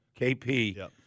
KP